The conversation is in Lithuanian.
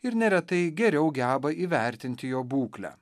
ir neretai geriau geba įvertinti jo būklę